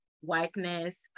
whiteness